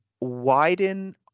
widen